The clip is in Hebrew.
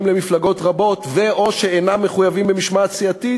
למפלגות רבות ו/או שאינם מחויבים במשמעת סיעתית,